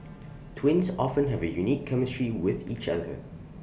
twins often have A unique chemistry with each other